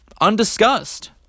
undiscussed